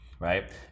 Right